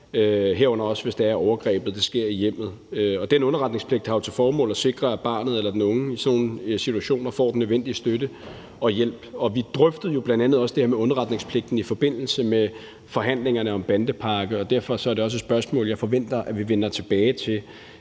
herunder også hvis overgrebet sker i hjemmet. Og den underretningspligt har jo til formål at sikre, at barnet eller den unge i sådan nogle situationer får den nødvendige støtte og hjælp. Vi drøftede jo bl.a. også det her med underretningspligten i forbindelse med forhandlingerne om bandepakken, og derfor er det også et spørgsmål, jeg forventer vi vender tilbage til